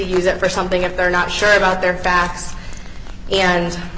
use it for something if they're not sure about their facts and